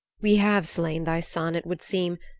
we have slain thy son, it would seem,